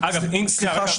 סליחה.